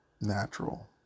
natural